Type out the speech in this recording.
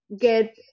get